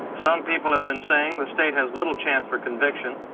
some people have been saying the state has little chance for conviction.